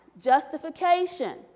Justification